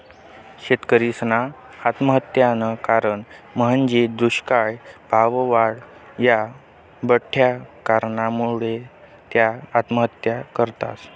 शेतकरीसना आत्महत्यानं कारण म्हंजी दुष्काय, भाववाढ, या बठ्ठा कारणसमुये त्या आत्महत्या करतस